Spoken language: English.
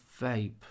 vape